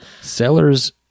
Sellers